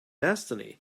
destiny